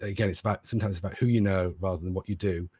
again, it's about sometimes about who you know rather than what you do,